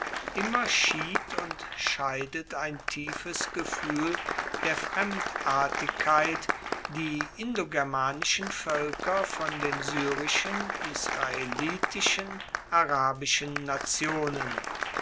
immer schied und scheidet ein tiefes gefuehl der fremdartigkeit die indogermanischen voelker von den syrischen israelitischen arabischen nationen